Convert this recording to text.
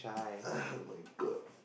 [oh]-my-God